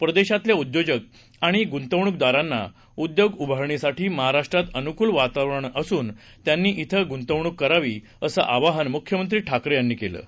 परदेशातले उद्योजक आणि गुंतवणूकदारांना उद्योग उभारण्यासाठी महाराष्ट्रात अनुकूल वातावरण असून त्यांनी इथं गुंतवणूक करावी असं आवाहन मुख्यमंत्री ठाकरे यांनी केलं आहे